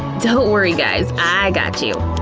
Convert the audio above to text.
don't worry guys, i got you.